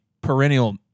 perennial